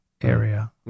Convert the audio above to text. area